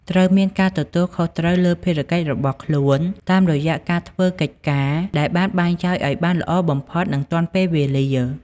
ត្រូវមានការទទួលខុសត្រូវលើភារកិច្ចរបស់ខ្លួន តាមរយះការធ្វើកិច្ចការដែលបានបែងចែកឱ្យបានល្អបំផុត និងទាន់ពេលវេលា។